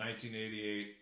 1988